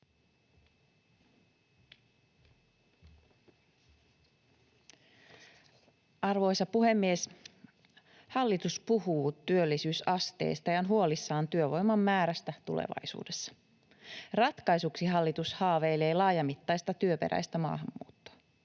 Arvoisa puhemies! Hallitus puhuu työllisyysasteesta ja on huolissaan työvoiman määrästä tulevaisuudessa. Ratkaisuksi hallitus haaveilee laajamittaista työperäistä maahanmuuttoa.